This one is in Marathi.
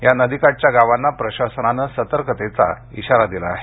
या नदीकाठच्या गावांना प्रशासनाने सतर्कतेचा इशारा दिला आहे